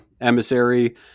Emissary